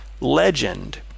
legend